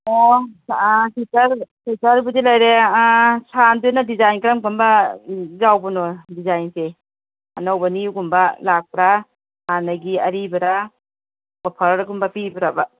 ꯑꯣ ꯑꯥ ꯁ꯭ꯋꯦꯇꯔꯕꯨꯗꯤ ꯂꯩꯔꯦ ꯑꯥ ꯁꯥꯟꯁꯤꯅ ꯗꯤꯖꯥꯏꯟ ꯀꯔꯝ ꯀꯔꯝꯕ ꯌꯥꯎꯕꯅꯣ ꯗꯤꯖꯥꯏꯟꯁꯦ ꯑꯅꯧꯕ ꯅ꯭ꯌꯨꯒꯨꯝꯕ ꯂꯥꯛꯄ꯭ꯔꯥ ꯍꯥꯟꯅꯒꯤ ꯑꯔꯤꯕꯔ ꯑꯣꯐꯔꯒꯨꯝꯕ ꯄꯤꯕ꯭ꯔꯕ